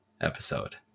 episode